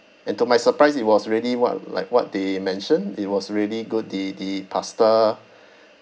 and to my surprise it was really what like what they mentioned it was really good the the pasta